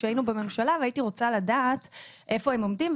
כשהיינו בממשלה והייתי רוצה לדעת איפה הם עומדים,